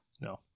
No